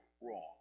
wrong